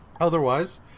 Otherwise